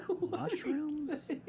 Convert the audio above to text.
mushrooms